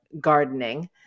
gardening